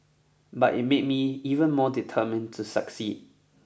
but it made me even more determined to succeed